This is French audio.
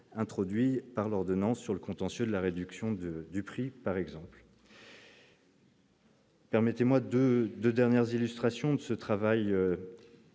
introduit par l'ordonnance sur le contentieux de la réduction de du prix par exemple. Permettez-moi 2 2 dernières illustrations de ce travail